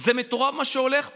זה מטורף, מה שהולך פה.